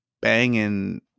banging